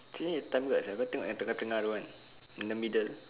sini ada time juga sia kau tengok yang tengah-tengah tu kan in the middle